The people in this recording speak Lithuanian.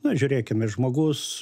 na žiūrėkime žmogus